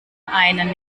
einen